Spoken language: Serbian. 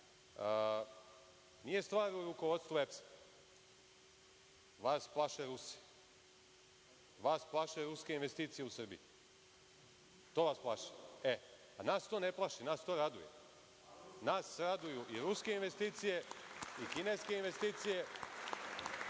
Nije stvar u rukovodstvu EPS. Vas plaše Rusi. Vas plaše ruske investicije u Srbiji. To vas plaši. Nas to ne plaši. Nas to raduje. Nas raduju i ruske investicije i kineske investicije.